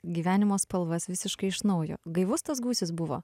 gyvenimo spalvas visiškai iš naujo gaivus tas gūsis buvo